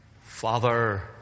Father